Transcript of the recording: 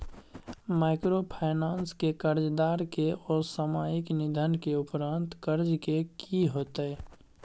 Microfinance के कर्जदार के असामयिक निधन के उपरांत कर्ज के की होतै?